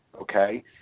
okay